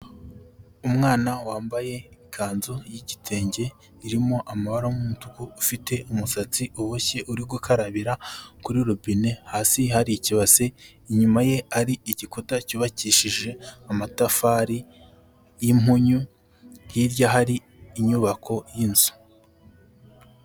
Umwana wambaye ikanzu y'igitenge irimo amabara y'umutuku, ufite umusatsi uboshye uri gukarabira kuri robine hasi hari ikibase, inyuma ye ari igikuta cyubakishije amatafari y'impunyu, hirya hari inyubako y'inzu.